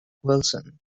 wilson